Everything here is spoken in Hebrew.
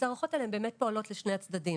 ההערכות האלה באמת פועלות לשני הצדדים.